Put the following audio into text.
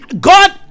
God